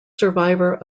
survivor